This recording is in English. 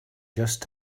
just